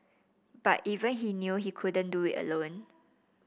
but even he knew he couldn't do it alone